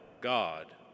God